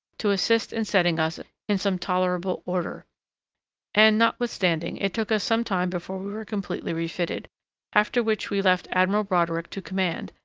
to assist in setting us in some tolerable order and, notwithstanding, it took us some time before we were completely refitted after which we left admiral broderick to command,